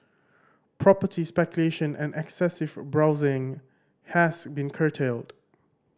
property speculation and excessive borrowing has been curtailed